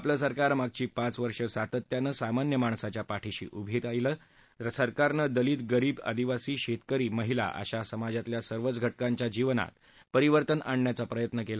आपलं सरकार मागची पाच वर्ष सातत्यानं सामान्य माणसाच्या पाठीशी उभं राहीलं सरकारनं दलित गरीब आदिवासी शेतकरी महिला अशा समाजातल्या सर्वच घटकांच्या जीवनात परिवर्तन आणण्याचा प्रयत्न केला असं ते म्हणाले